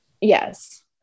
Yes